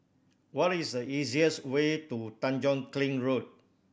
what is the easiest way to Tanjong Kling Road